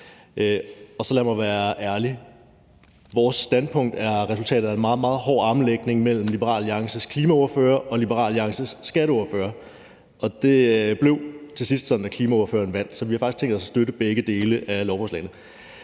og sige, at vores standpunkt er resultatet af en meget, meget hård armlægning mellem Liberal Alliances klimaordfører og Liberal Alliances skatteordfører, og det blev til sidst sådan, at klimaordføreren vandt, så vi har faktisk tænkt os at støtte begge dele af lovforslaget.